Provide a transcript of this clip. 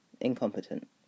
incompetent